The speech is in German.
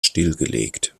stillgelegt